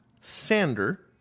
Sander